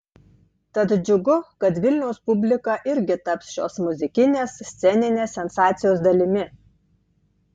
tad džiugu kad vilniaus publika irgi taps šios muzikinės sceninės sensacijos dalimi